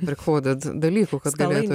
rikoded dalykų kad galėtų